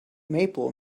maple